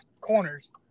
corners